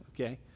Okay